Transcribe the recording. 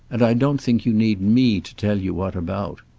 and i don't think you need me to tell you what about.